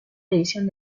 división